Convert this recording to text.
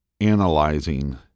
analyzing